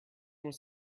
was